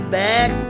back